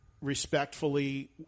respectfully